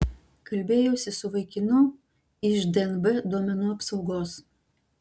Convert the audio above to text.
kalbėjausi su vaikinu iš dnb duomenų apsaugos